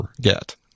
get